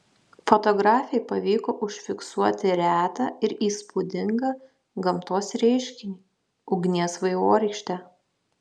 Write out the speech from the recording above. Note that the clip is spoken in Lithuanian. fotografei pavyko užfiksuoti retą ir įspūdingą gamtos reiškinį ugnies vaivorykštę